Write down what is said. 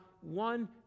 one